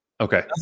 Okay